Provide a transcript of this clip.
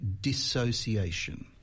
dissociation